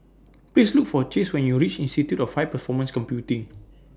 Please Look For Chase when YOU REACH Institute of High Performance Computing